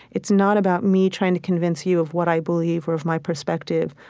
it's not about me trying to convince you of what i believe or of my perspective.